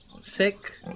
sick